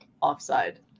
offside